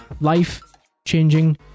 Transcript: life-changing